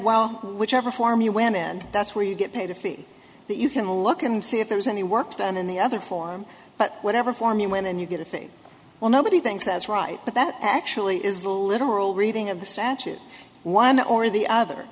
well whichever form you wimmin that's where you get paid a fee that you can look and see if there was any work done in the other form but whatever form you went and you get a fee well nobody thinks that's right but that actually is the literal reading of the statute one or the other